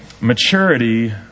Maturity